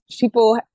people